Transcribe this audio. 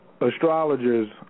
Astrologers